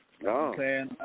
No